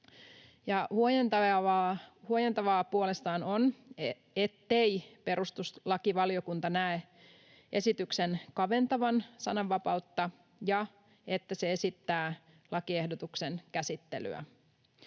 huojentavaa puolestaan on, ettei perustuslakivaliokunta näe esityksen kaventavan sananvapautta ja että se esittää lakiehdotuksen käsittelyä.